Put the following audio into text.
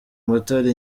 matara